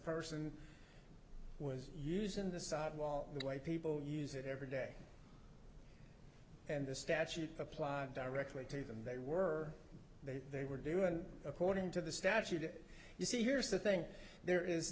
person was using the sidewall the way people use it every day and the statute applied directly to them they were they they were doing according to the statute it you see here's the thing there is